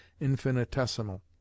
infinitesimal